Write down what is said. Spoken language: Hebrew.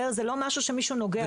זה לא משהו שמישהו נוגע בו.